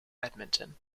edmonton